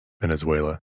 Venezuela